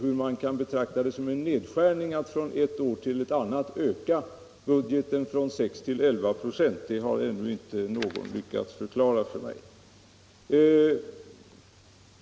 Hur man kan betrakta det som en nedskärning att från ett år till ett annat öka budgeten från 6 till 11 96 har ännu inte någon lyckats förklara för mig.